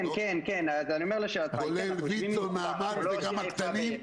כולל ויצ"ו, נעמ"ת וגם הקטנים?